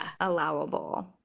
allowable